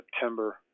september